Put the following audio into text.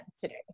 today